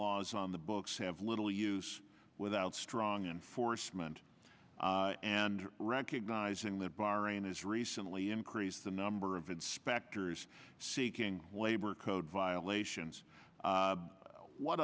laws on the books have little use without strong enforcement and recognizing that bahrain has recently increased the number of inspectors seeking labor code violations what